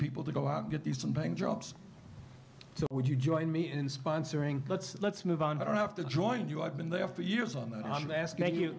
people to go out and get decent paying jobs so would you join me in sponsoring let's let's move on i don't have to join you i've been there for years on the